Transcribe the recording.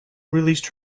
released